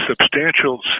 substantial